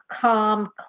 calm